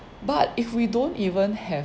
but if we don't even have